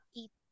eat